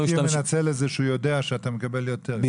המשכיר מנצל את זה שהוא יודע שאתה מקבל יותר?